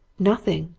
nothing!